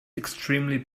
extremely